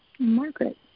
Margaret